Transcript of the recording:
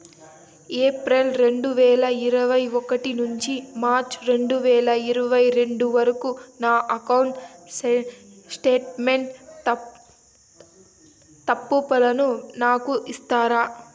April రెండు వేల ఇరవై ఒకటి నుండి మార్చ్ రెండు వేల ఇరవై రెండు వరకు నా అకౌంట్ స్టేట్మెంట్ తప్పులను నాకు ఇస్తారా?